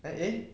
and eh